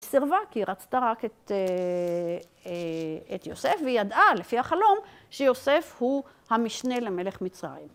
סירבה, כי היא רצתה רק את יוסף, והיא ידעה, לפי החלום, שיוסף הוא המשנה למלך מצרים.